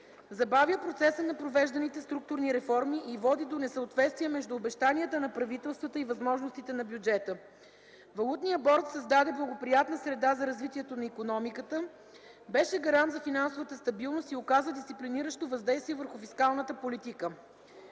забавя процеса на провежданите структурни реформи и води до несъответствие между обещанията на правителствата и възможностите на бюджета. Валутният борд създаде благоприятна среда за развитието на икономиката, беше гарант за финансовата стабилност и оказа дисциплиниращо въздействие върху фискалната политика.